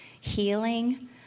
healing